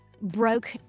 broke